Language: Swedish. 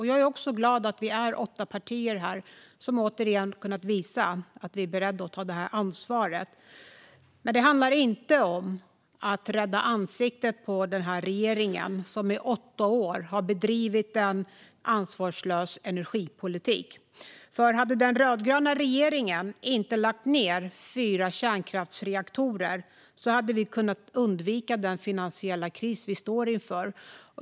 Jag är också glad att vi är åtta partier här som återigen har kunnat visa att vi är beredda att ta detta ansvar. Men det handlar inte om att rädda ansiktet på den här regeringen, som i åtta år har bedrivit en ansvarslös energipolitik. Hade den rödgröna regeringen inte lagt ned fyra kärnkraftsreaktorer hade vi nämligen kunnat undvika den finansiella kris vi står inför.